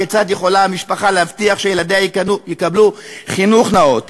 כיצד יכולה המשפחה להבטיח שילדיה יקבלו חינוך נאות,